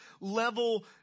level